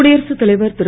குடியரசுத் தலைவர் திரு